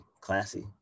classy